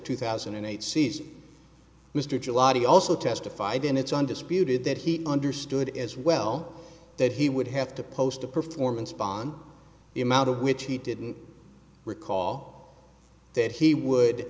two thousand and eight season mr chalabi also testified in its undisputed that he understood as well that he would have to post a performance bond the amount of which he didn't recall that he would